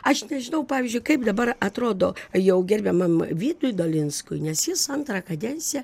aš nežinau pavyzdžiui kaip dabar atrodo jau gerbiamam vydui dolinskui nes jis antrą kadenciją